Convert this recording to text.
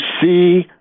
see